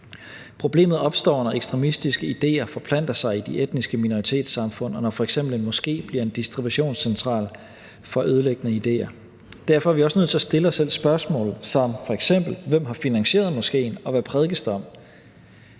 Problemet opstår, når ekstremistiske idéer forplanter sig i de etniske minoritetssamfund, og når f.eks. en moské bliver en distributionscentral for ødelæggende idéer. Derfor er vi også nødt til at stille os selv spørgsmål som f.eks.: Hvem har finansieret moskéen, og hvad prædikes der